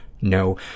no